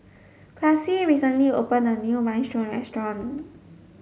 Classie recently opened a new Minestrone restaurant